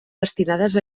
destinades